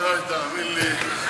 אה, תאמין לי.